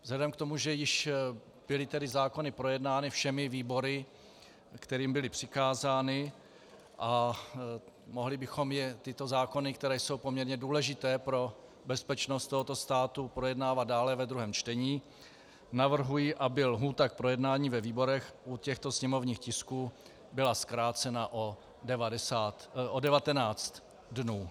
Vzhledem k tomu, že již byly zákony projednány všemi výbory, kterým byly přikázány, a mohli bychom je, tyto zákony, které jsou poměrně důležité pro bezpečnost tohoto státu, projednávat dále ve druhém čtení, navrhuji, aby lhůta k projednání ve výborech u těchto sněmovních tisků byla zkrácena o 19 dnů.